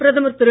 பிரதமர் திரு